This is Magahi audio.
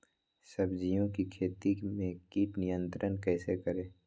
सब्जियों की खेती में कीट नियंत्रण कैसे करें?